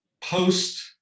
post